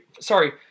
Sorry